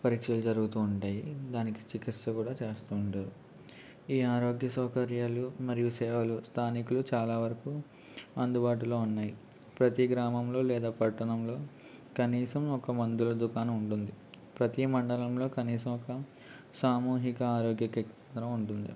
పరీక్షలు జరుగుతు ఉంటాయి దానికి చికిత్స కూడా చేస్తు ఉంటారు ఈ ఆరోగ్య సౌకర్యాలు మరియు సేవలు స్థానికులు చాలా వరకు అందుబాటులో ఉన్నాయి ప్రతి గ్రామంలో లేదా పట్టణంలో కనీసం ఒక మందుల దుకాణం ఉంటుంది ప్రతి మండలంలో కనీసం ఒక సామూహిక ఆరోగ్య కె కేంద్రం ఉంటుంది